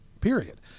period